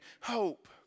hope